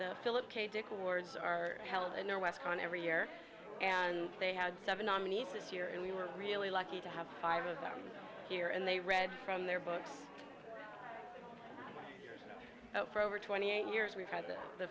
the philip k dick awards are held in their west on every year and they had seven nominees this year and we were really lucky to have five of them here and they read from their books for over twenty eight years we've had the